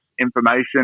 information